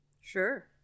Sure